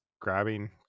grabbing